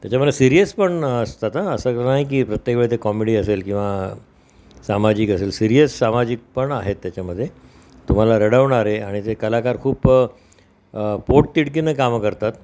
त्याच्यामध्ये सिरीयस पण असतात आं असं नाही की प्रत्येक वेळी ते कॉमेडी असेल किंवा सामाजिक असेल सिरियस सामाजिक पण आहेत त्याच्यामध्ये तुम्हाला रडवणारे आणि ते कलाकार खूप पोटतिडकीनं कामं करतात